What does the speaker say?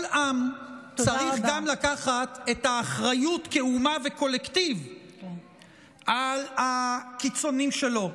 כל עם צריך גם לקחת את האחריות כאומה וכקולקטיב על הקיצוניים שלו.